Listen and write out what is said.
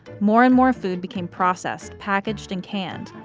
more and more food became processed, packaged, and canned.